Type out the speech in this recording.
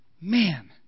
Man